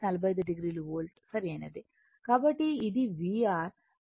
కాబట్టి ఇది VR ఇది VL మరియు ఇది VC